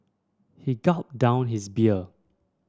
he gulped down his beer